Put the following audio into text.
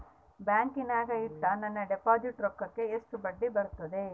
ಬ್ಯಾಂಕಿನಾಗ ಇಟ್ಟ ನನ್ನ ಡಿಪಾಸಿಟ್ ರೊಕ್ಕಕ್ಕ ಎಷ್ಟು ಬಡ್ಡಿ ಬರ್ತದ?